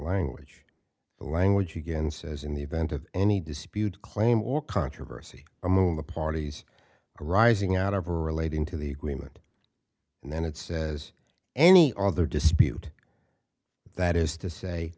language the language begins as in the event of any dispute claim or controversy among the parties arising out of or relating to the agreement and then it says any other dispute that is to say